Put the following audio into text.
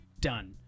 done